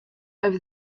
over